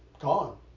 gone